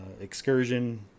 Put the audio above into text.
excursion